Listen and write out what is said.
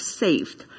saved